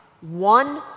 one